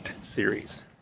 Series